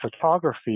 photography